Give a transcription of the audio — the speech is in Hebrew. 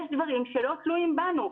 יש דברים שלא תלויים בנו.